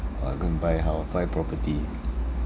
ah go and buy hou~ buy property